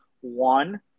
One